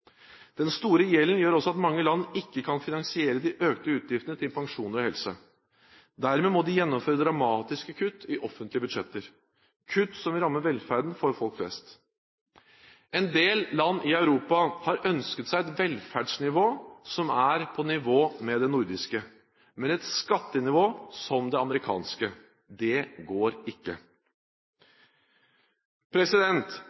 Den store gjelden gjør også at mange land ikke kan finansiere de økte utgiftene til pensjoner og helse. Dermed må de gjennomføre dramatiske kutt i offentlige budsjetter – kutt som vil ramme velferden for folk flest. En del land i Europa har ønsket seg et velferdsnivå som er på nivå med det nordiske, men med et skattenivå som det amerikanske. Det går